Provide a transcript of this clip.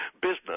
business